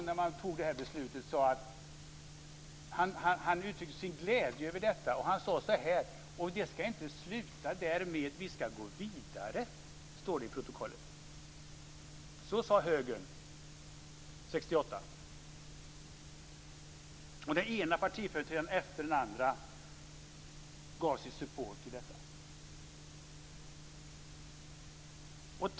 När beslutet fattades uttryckte han sin glädje och sade att detta inte ska sluta därmed utan vi ska gå vidare. Så sade högern 1968. Den ena partiföreträdaren efter den andra gav sin support till detta.